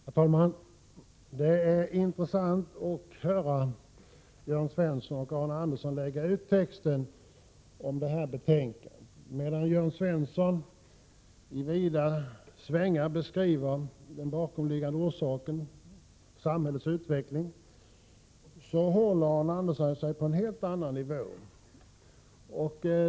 Herr talman! Det är intressant att höra Jörn Svensson och Arne Andersson i Gamleby lägga ut texten om betänkandet. Medan Jörn Svensson i vida svängar beskriver den bakomliggande orsaken, samhällets utveckling, håller sig Arne Andersson på en helt annan nivå.